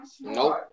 Nope